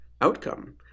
outcome